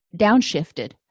downshifted